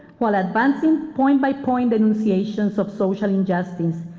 while advancing point by point and negotiations of social injustice,